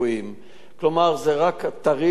כלומר, זה טרי, חדש,